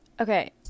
Okay